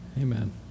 amen